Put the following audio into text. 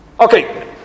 Okay